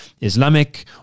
Islamic